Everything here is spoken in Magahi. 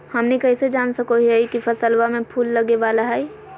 हमनी कइसे जान सको हीयइ की फसलबा में फूल लगे वाला हइ?